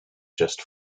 just